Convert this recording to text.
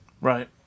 right